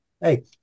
Hey